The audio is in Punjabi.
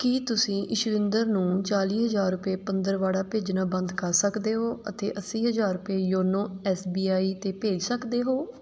ਕੀ ਤੁਸੀਂ ਇਸ਼ਵਿੰਦਰ ਨੂੰ ਚਾਲੀ ਹਜ਼ਾਰ ਰੁਪਏ ਪੰਦਰਵਾੜਾ ਭੇਜਣਾ ਬੰਦ ਕਰ ਸਕਦੇ ਹੋ ਅਤੇ ਅੱਸੀ ਹਜ਼ਾਰ ਰੁਪਏ ਯੋਨੋ ਐਸ ਬੀ ਆਈ 'ਤੇ ਭੇਜ ਸਕਦੇ ਹੋ